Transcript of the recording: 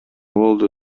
болду